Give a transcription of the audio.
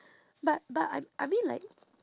but but I I mean like